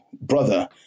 brother